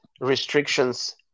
restrictions